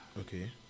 Okay